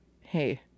hey